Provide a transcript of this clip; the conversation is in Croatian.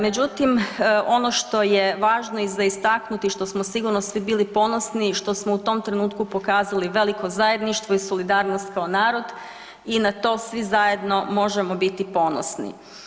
Međutim, ono što je važno i za istaknuti i što smo sigurno svi bili ponosni što smo u tom trenutku pokazali veliko zajedništvo i solidarnost kao narod i na to svi zajedno možemo biti ponosni.